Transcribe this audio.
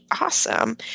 awesome